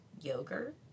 yogurt